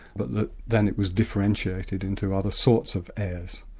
but that then it was differentiated into other sorts of airs.